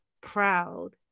proud